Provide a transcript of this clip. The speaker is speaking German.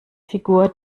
figur